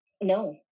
no